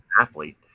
athlete